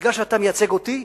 כיוון שאתה מייצג אותי,